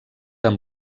amb